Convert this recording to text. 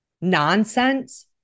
nonsense